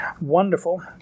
wonderful